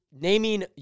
Naming